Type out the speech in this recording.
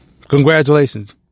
Congratulations